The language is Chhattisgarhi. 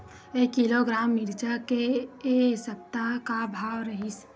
एक किलोग्राम मिरचा के ए सप्ता का भाव रहि?